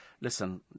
listen